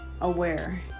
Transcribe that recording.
aware